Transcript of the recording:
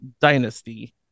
Dynasty